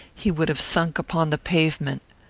he would have sunk upon the pavement.